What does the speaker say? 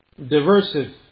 diversive